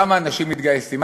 כמה אנשים מתגייסים.